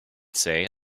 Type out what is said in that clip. say